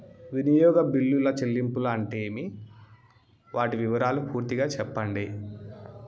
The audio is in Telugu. వినియోగ బిల్లుల చెల్లింపులు అంటే ఏమి? వాటి వివరాలు పూర్తిగా సెప్పండి?